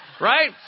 Right